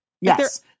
Yes